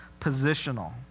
positional